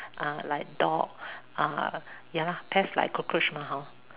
uh like dogs uh ya lah pests like cockroach lah hor